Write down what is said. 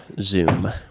Zoom